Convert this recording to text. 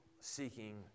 seeking